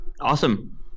Awesome